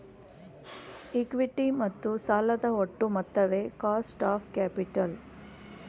equity ಮತ್ತು ಸಾಲದ ಒಟ್ಟು ಮೊತ್ತವೇ ಕಾಸ್ಟ್ ಆಫ್ ಕ್ಯಾಪಿಟಲ್